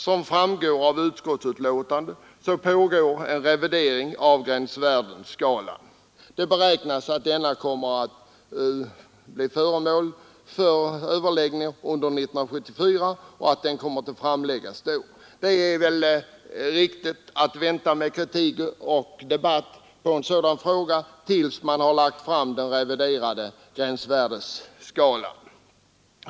Som framgår av utskottsbetänkandet pågår en revidering av gränsvärdeslistan. Det beräknas att den reviderade gränsvärdeskalan kommer att bli föremål för överläggning och framläggas under 1974. Det är väl riktigt att vänta med kritik och debatt i frågan tills den reviderade gränsvärdeskalan har framlagts.